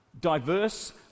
diverse